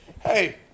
hey